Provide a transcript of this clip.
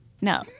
no